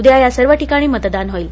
उद्या या सर्व ठिकाणी मतदान होईल